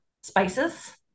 spices